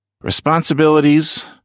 responsibilities